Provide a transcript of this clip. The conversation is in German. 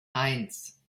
eins